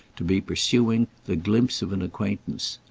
to be pursuing, the glimpse of an acquaintance.